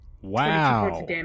Wow